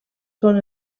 són